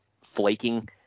flaking